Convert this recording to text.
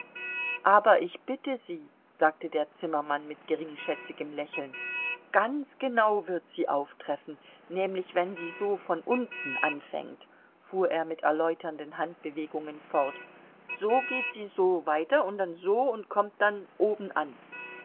aber ich bitte sie sagte der zimmermann mit geringschätzigem lächeln ganz genau wird sie auftreffen nämlich wenn sie so von unten anfängt fuhr er mit erläuternden handbewegungen fort so geht sie so weiter und dann so und kommt dann oben an